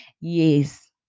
Yes